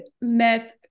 met